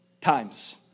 times